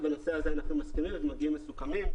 בנושא הזה אנחנו מסכימים ומגיעים מסוכמים.